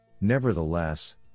Nevertheless